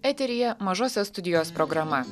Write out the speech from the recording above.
eteryje mažosios studijos programa